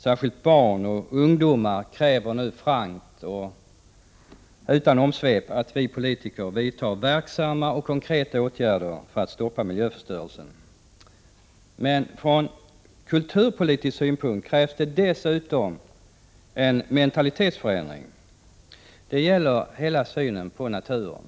Särskilt barn och ungdomar kräver nu frankt och utan omsvep att vi politiker vidtar verksamma och konkreta åtgärder för att stoppa miljöförstörelsen. Från kulturpolitisk synpunkt krävs det emellertid dessutom en mentalitetsförändring, nämligen i fråga om hela synen på naturen.